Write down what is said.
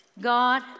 God